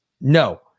No